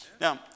Now